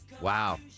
Wow